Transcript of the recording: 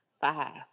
Five